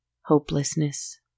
hopelessness